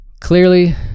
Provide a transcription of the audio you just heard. Clearly